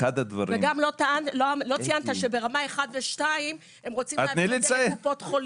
וגם לא ציינת שברמה 1 ו-2 הם רוצים להעביר את זה לקופות חולים.